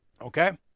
okay